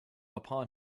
upon